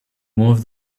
move